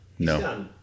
No